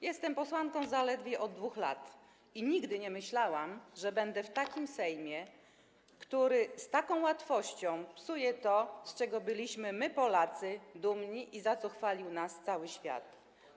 Jestem posłanką zaledwie od 2 lat i nigdy nie myślałam, że będę w Sejmie, który z taką łatwością psuje to, z czego my, Polacy, byliśmy dumni i za co chwalił nas cały świat.